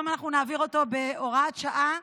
היום אנחנו נעביר אותו בהוראת שעה,